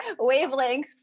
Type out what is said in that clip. Wavelengths